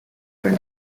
from